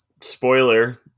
spoiler